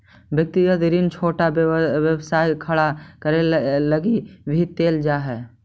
व्यक्तिगत ऋण छोटा व्यवसाय खड़ा करे लगी भी लेल जा हई